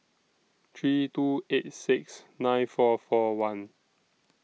three two eight six nine four four one